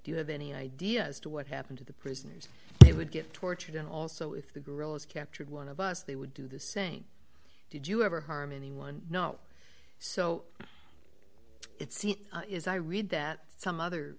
you have any idea as to what happened to the prisoners they would get tortured and also if the guerrillas captured one of us they would do the same did you ever harm anyone not so it's is i read that some other